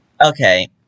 Okay